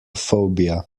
phobia